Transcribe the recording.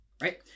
right